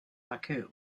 baku